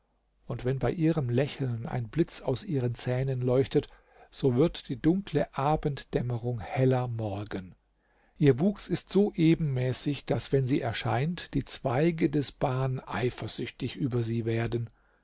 und wenn bei ihrem lächeln ein blitz aus ihren zähnen leuchtet so wird die dunkle abenddämmerung heller morgen ihr wuchs ist so ebenmäßig daß wenn sie erscheint die zweige des ban eifersüchtig über sie werden